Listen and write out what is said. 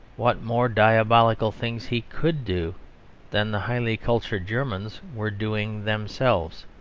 what more diabolical things he could do than the highly cultured germans were doing themselves.